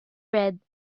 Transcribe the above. red